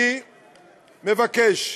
אני מבקש,